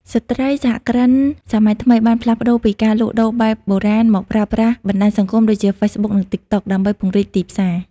ស្ត្រីសហគ្រិនសម័យថ្មីបានផ្លាស់ប្តូរពីការលក់ដូរបែបបុរាណ មកប្រើប្រាស់បណ្ដាញសង្គមដូចជា Facebook និង TikTok ដើម្បីពង្រីកទីផ្សារ។